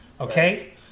Okay